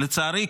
לצערי,